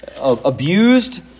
abused